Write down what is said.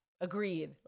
Agreed